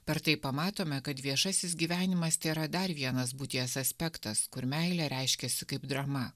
per tai pamatome kad viešasis gyvenimas tėra dar vienas būties aspektas kur meilė reiškiasi kaip drama